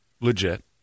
legit